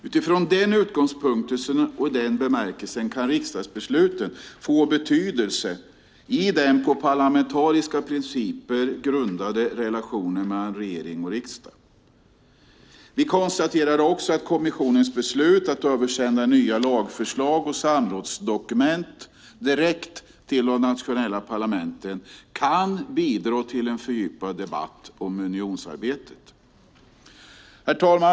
Utifrån den utgångspunkten och i den bemärkelsen kan riksdagsbesluten få betydelse i den på parlamentariska principer grundade relationen mellan regering och riksdag. Vi konstaterade också att kommissionens beslut att översända nya lagförslag och samrådsdokument direkt till de nationella parlamenten kan bidra till en fördjupad debatt om unionsarbetet. Herr talman!